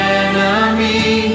enemy